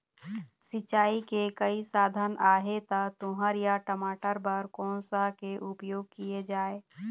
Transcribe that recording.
सिचाई के कई साधन आहे ता तुंहर या टमाटर बार कोन सा के उपयोग किए जाए?